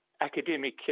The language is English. academic